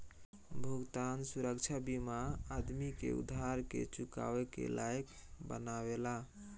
भुगतान सुरक्षा बीमा आदमी के उधार के चुकावे के लायक बनावेला